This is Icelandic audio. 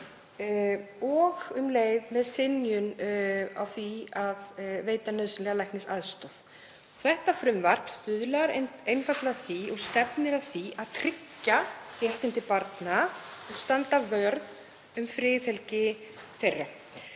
og um leið með synjun á því að veita nauðsynlega læknisaðstoð. Þetta frumvarp stuðlar einfaldlega að því og stefnir að því að tryggja réttindi barna og standa vörð um friðhelgi þeirra.